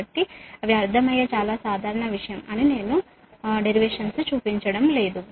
కాబట్టి అవి అర్థమయ్యే చాలా సాధారణ విషయం అని నేను డెరివేషన్ ను చూపించడం లేదు